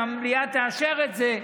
אם המליאה תאשר את זה,